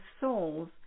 souls